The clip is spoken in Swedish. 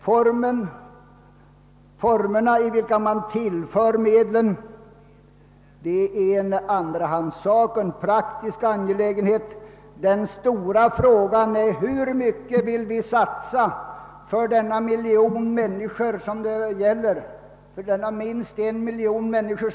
Nåja — formerna i vilka man tillför medlen är en andrahandssak, en praktisk angelägenhet. Den stora frågan är: Hur mycket mer än nu vill vi satsa för dem det här gäller — det rör sig om minst en miljon människor?